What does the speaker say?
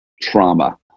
trauma